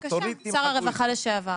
בבקשה, שר הרווחה לשעבר.